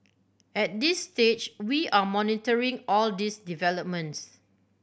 at this stage we are monitoring all these developments